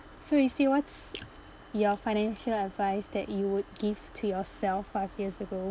so isti what's your financial advice that you would give to yourself five years ago